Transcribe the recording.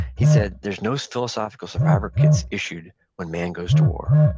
he said, there's no philosophical survivor kits issued when man goes to war.